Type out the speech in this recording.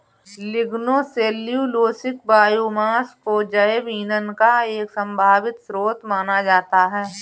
lignocellulosic biomass को जैव ईंधन का एक संभावित स्रोत माना जाता है